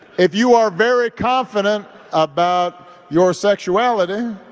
if you are very confident about your sexuality,